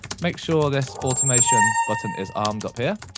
make sure this automation button is armed up here.